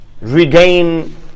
regain